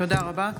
תודה רבה.